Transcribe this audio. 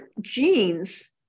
genes